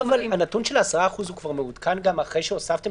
--- הנתון של 10% הוא כבר מעודכן גם אחרי שהוספתם